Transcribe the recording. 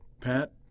Pat